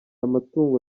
amatungo